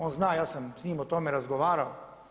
On zna, ja sam sa njime o tome razgovarao.